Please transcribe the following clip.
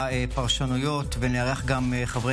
חברי